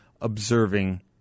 observing